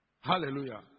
Hallelujah